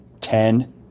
Ten